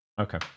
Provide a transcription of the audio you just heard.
Okay